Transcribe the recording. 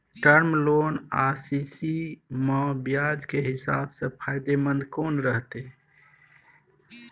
Term loan आ CC म ब्याज के हिसाब से फायदेमंद कोन रहते?